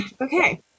Okay